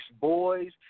boys